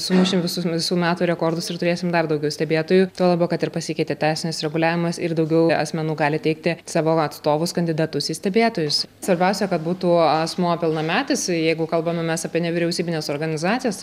sumušim visus visų metų rekordus ir turėsim dar daugiau stebėtojų tuo labiau kad ir pasikeitė teisinis reguliavimas ir daugiau asmenų gali teikti savo atstovus kandidatus į stebėtojus svarbiausia kad būtų asmuo pilnametis jeigu kalbame mes apie nevyriausybines organizacijas